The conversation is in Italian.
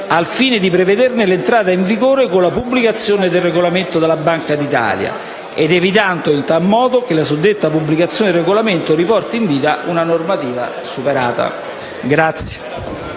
al fine di prevederne l'entrata in vigore con la pubblicazione del regolamento della Banca d'Italia; ed evita in tal modo che la suddetta pubblicazione del regolamento riporti in vita una normativa superata.